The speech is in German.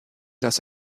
das